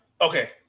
Okay